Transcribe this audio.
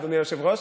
אדוני היושב-ראש,